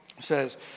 says